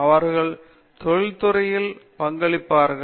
இவர்கள் தொழில் துறையிலும் பங்களிப்பார்கள்